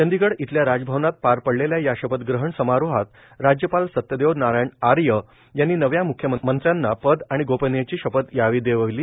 चंदीगढ इथल्या राजभवनात पार पडलेल्या या शपथग्रहण समारोहात राज्यपाल सत्यदेव नारायण आर्य यांनी नव्या म्ख्यमंत्र्यांना पद आणि गोपनियतेची शपथ यावेळी देवविली